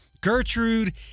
Gertrude